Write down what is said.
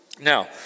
Now